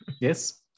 Yes